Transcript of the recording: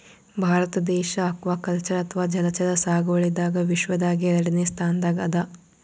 ಭಾರತ ದೇಶ್ ಅಕ್ವಾಕಲ್ಚರ್ ಅಥವಾ ಜಲಚರ ಸಾಗುವಳಿದಾಗ್ ವಿಶ್ವದಾಗೆ ಎರಡನೇ ಸ್ತಾನ್ದಾಗ್ ಅದಾ